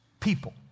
People